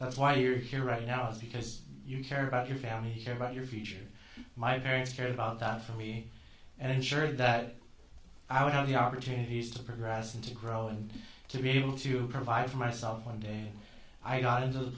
that's why you're here right now is because you care about your family here about your future my parents care about that for me and ensure that i would have the opportunities to progress and to grow and to be able to provide for myself one day i got into the